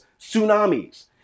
tsunamis